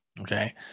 Okay